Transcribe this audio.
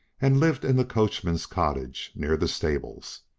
and lived in the coachman's cottage, near the stables.